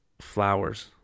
flowers